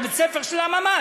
או בית-ספר של הממ"ד,